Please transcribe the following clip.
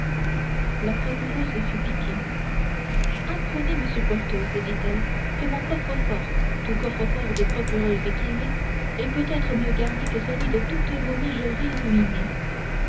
la procureuse fut piquée apprenez monsieur porthos dit-elle que mon coffre-fort tout coffre-fort de procureuse qu'il est est peut-être mieux garni que celui de toutes vos mijaurées ruinées